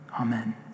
Amen